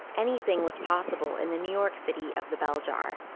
anything was possible in the new york city of the bell jar.